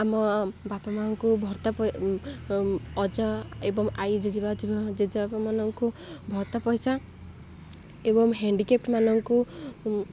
ଆମ ବାପା ମା'ଙ୍କୁ ଭର୍ତ୍ତା ଅଜା ଏବଂ ଆଇଜେଜେବା ଜେଜେବାପାମାନଙ୍କୁ ଭର୍ତ୍ତା ପଇସା ଏବଂ ହାଣ୍ଡିକେପ୍ଟ ମାନଙ୍କୁ